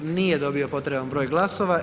Nije dobio potreban broj glasova.